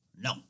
no